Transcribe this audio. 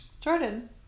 Jordan